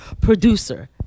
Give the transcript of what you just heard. producer